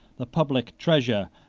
the public treasure,